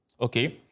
Okay